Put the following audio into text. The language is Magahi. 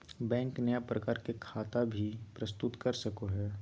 बैंक नया प्रकार के खता भी प्रस्तुत कर सको हइ